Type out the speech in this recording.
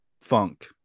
funk